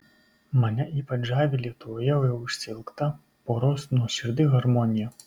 mane ypač žavi lietuvoje jau išsiilgta poros nuoširdi harmonija